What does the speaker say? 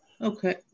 Okay